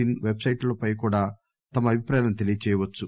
in పెట్ సైట్ల పై కూడా తమ అభిప్రాయాలనుతెలియజేయవచ్చు